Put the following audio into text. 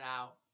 out